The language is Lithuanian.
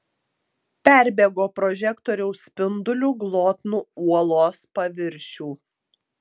perbėgo prožektoriaus spinduliu glotnų uolos paviršių